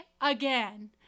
again